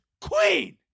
queen